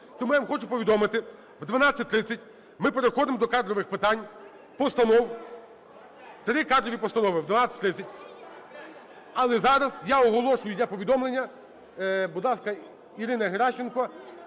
Тому я вам хочу повідомити, о 12:30 ми переходимо до кадрових питань, постанов… Три кадрові постанови о 12:30. Але зараз я оголошую для повідомлення, будь ласка, Ірина Геращенко.